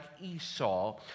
Esau